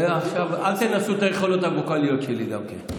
מעכשיו אל תנסו את היכולות הווקאליות שלי גם כן.